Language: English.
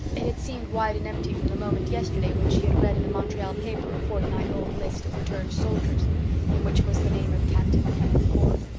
it had seemed wide and empty from the moment yesterday when she had read in a montreal paper ah fortnight-old list of returned soldiers in which was the name of captain kenneth ford.